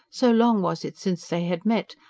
so long was it since they had met,